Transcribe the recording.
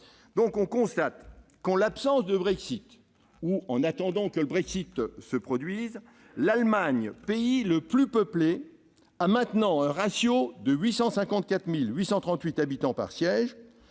On constate donc que, en l'absence de Brexit ou en attendant que celui-ci se produise, l'Allemagne, pays le plus peuplé, a maintenant un ratio de 854 838 habitants par siège